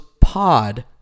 Pod